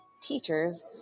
teachers